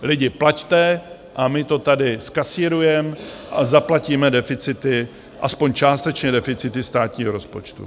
Lidi, plaťte a my to tady zkasírujeme a zaplatíme deficity, aspoň částečně deficity státního rozpočtu.